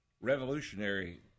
revolutionary